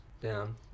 Down